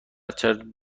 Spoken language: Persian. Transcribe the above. چند